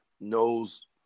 knows